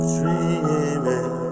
Dreaming